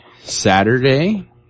Saturday